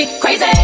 Crazy